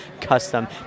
custom